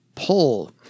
pull